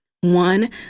one